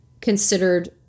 considered